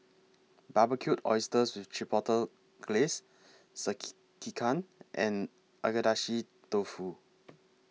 Barbecued Oysters with Chipotle Glaze Sekihan and Agedashi Dofu